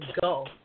Go